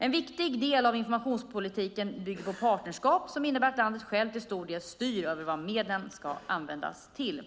En viktig del av informationspolitiken bygger på partnerskap som innebär att landet självt till stor del styr över vad medlen ska användas till. Vad